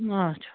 آچھا